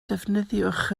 defnyddiwch